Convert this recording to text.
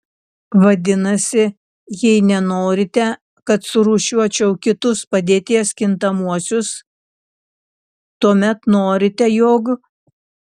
vadinasi jei nenorite kad surūšiuočiau kitus padėties kintamuosius tuomet norite jog